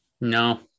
No